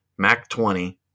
MAC20